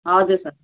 हजुर सर